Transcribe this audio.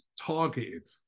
targeted